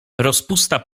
rozpusta